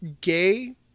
gay